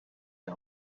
the